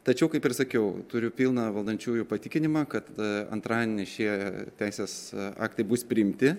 tačiau kaip ir sakiau turiu pilną valdančiųjų patikinimą kad antradienį šie teisės aktai bus priimti